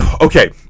Okay